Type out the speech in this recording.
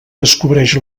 descobreix